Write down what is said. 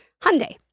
Hyundai